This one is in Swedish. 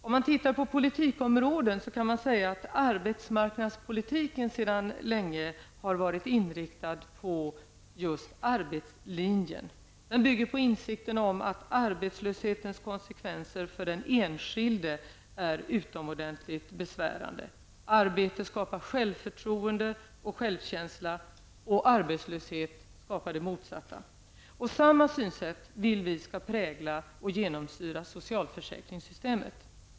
Ser man på politikområden kan man säga att arbetsmarknadspolitiken sedan länge har varit inriktad på just arbetslinjen. Den bygger på insikten om att arbetslöshetens konsekvenser för den enskilde är utomordentligt besvärande. Arbete skapar självförtroende och självkänsla och arbetslöshet skapar det motsatta. Samma synsätt vill vi skall prägla och genomsyra socialförsäkringssystemet.